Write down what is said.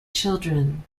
children